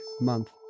month